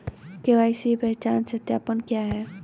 KYC पहचान सत्यापन क्या है?